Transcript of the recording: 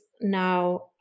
now